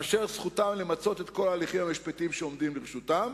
וזכותם למצות את כל ההליכים המשפטיים שעומדים לרשותם